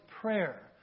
prayer